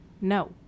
No